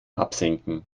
absenken